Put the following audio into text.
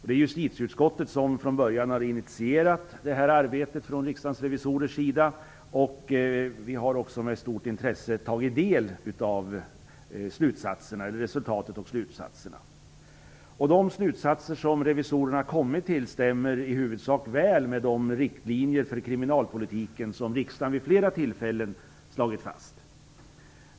Det är justitieutskottet som har initierat detta arbete, och vi har också med stort intresse tagit del av resultatet och slutsatserna. De slutsatser som revisorerna har kommit till stämmer i huvudsak väl med de riktlinjer för kriminalpolitiken som riksdagen vid flera tillfällen slagit fast.